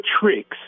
tricks